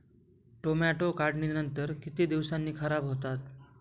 Tomato काढणीनंतर किती दिवसांनी खराब होतात?